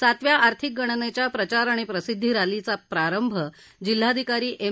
सातव्या आर्थिक गणनेच्या प्रचार आणि प्रसिध्दी रक्षीचा प्रारंभ जिल्हाधिकारी एम